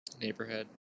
Neighborhood